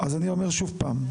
אני אומר שוב פעם,